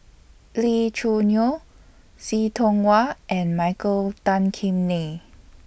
Lee Choo Neo See Tiong Wah and Michael Tan Kim Nei